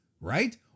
right